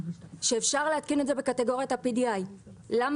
שאפשר להתקין את זה בקטגוריית ה-PDI (בהתאם